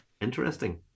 Interesting